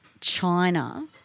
China